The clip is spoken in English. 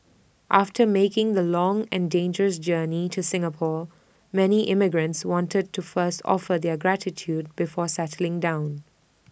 after making the long and dangerous journey to Singapore many immigrants wanted to first offer their gratitude before settling down